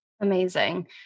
Amazing